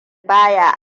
baya